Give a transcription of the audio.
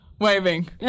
Waving